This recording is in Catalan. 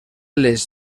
les